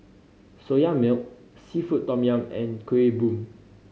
Soya Milk seafood tom yum and Kuih Bom